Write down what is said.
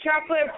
chocolate